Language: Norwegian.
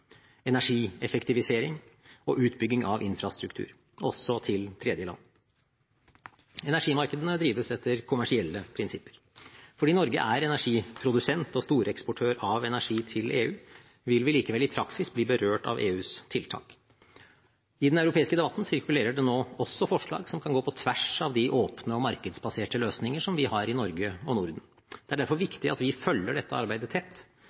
energieffektivisering og utbygging av infrastruktur, også til tredjeland. Energimarkedene drives etter kommersielle prinsipper. Fordi Norge er energiprodusent og storeksportør av energi til EU, vil vi likevel i praksis bli berørt av EUs tiltak. I den europeiske debatten sirkulerer det nå også forslag som kan gå på tvers av de åpne og markedsbaserte løsninger som vi har i Norge og Norden. Det er derfor viktig at vi følger dette arbeidet tett,